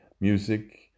music